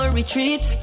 retreat